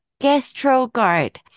GastroGuard